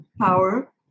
power